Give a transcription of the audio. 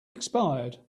expired